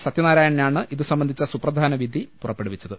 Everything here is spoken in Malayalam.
സത്യനാരായണനാണ് ഇതുസംബന്ധിച്ച സുപ്രധാന വിധി പുറപ്പെടുവിച്ചത്